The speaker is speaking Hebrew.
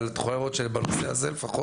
אבל את יכולה לראות שבנושא הזה לפחות,